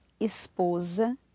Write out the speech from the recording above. esposa